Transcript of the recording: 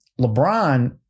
LeBron